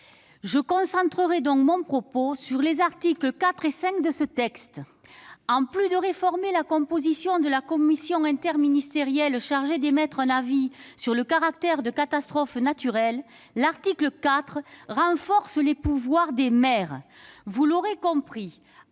Je concentrerai donc mon propos sur les articles 4 et 5 de ce texte. En plus de réformer la composition de la commission interministérielle chargée d'émettre un avis sur le caractère de catastrophe naturelle, l'article 4 renforce les pouvoirs des maires. Vous l'aurez compris,